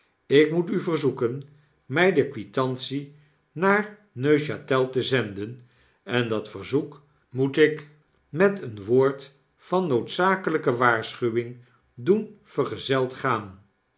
ik moet u verzoeken my de kwitantie naar neuchatelte zenden en dat verzoek moet ik met een woord van noodzakelyke waarschuwing doen vergezeld gaan